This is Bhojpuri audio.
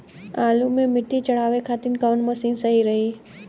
आलू मे मिट्टी चढ़ावे खातिन कवन मशीन सही रही?